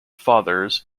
fathers